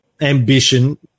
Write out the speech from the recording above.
ambition